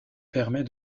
permet